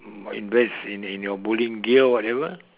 invest in in your bowling gear or whatever